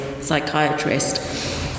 psychiatrist